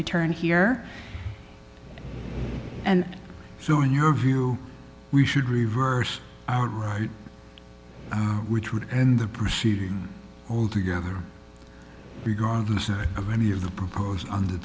return here and so in your view we should reverse our right which would end the proceedings altogether regardless of any of the proposals on the